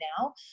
Now